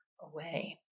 away